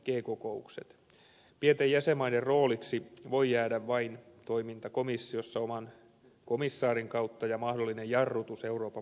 pienten jäsenmaiden rooliksi voi jäädä vain toiminta komissiossa oman komissaarin kautta ja mahdollinen jarrutus euroopan parlamentissa